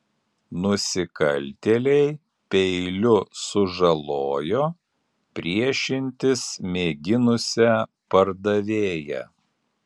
nusikaltėliai peiliu sužalojo priešintis mėginusią pardavėją